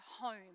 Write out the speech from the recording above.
home